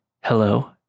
hello